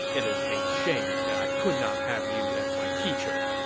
it is a shame that i could not have you as my teacher!